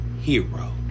hero